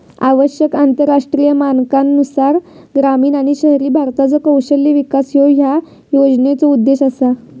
आवश्यक आंतरराष्ट्रीय मानकांनुसार ग्रामीण आणि शहरी भारताचो कौशल्य विकास ह्यो या योजनेचो उद्देश असा